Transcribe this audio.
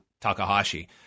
Takahashi